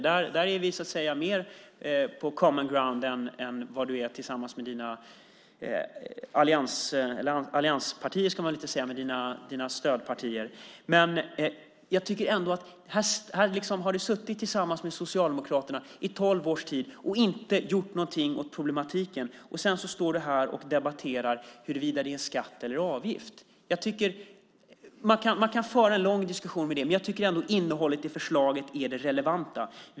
Där har det visat sig att vi är mer på common ground än du är med dina stödpartier. Här har du suttit tillsammans med Socialdemokraterna i tolv års tid och inte gjort någonting åt problematiken. Sedan står du här och debatterar huruvida det är en skatt eller en avgift. Man kan föra en lång diskussion om det, men jag tycker ändå att innehållet i förslaget är det relevanta.